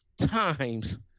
times